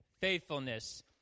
faithfulness